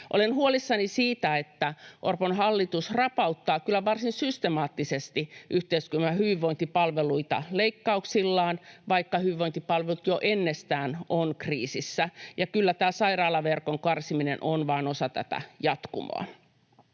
Olen huolissani siitä, että Orpon hallitus rapauttaa kyllä varsin systemaattisesti yhteiskunnan hyvinvointipalveluita leikkauksillaan, vaikka hyvinvointipalvelut jo ennestään ovat kriisissä, ja kyllä tämä sairaalaverkon karsiminen on vain osa tätä jatkumoa.